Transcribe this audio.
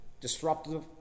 disruptive